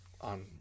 on